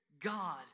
God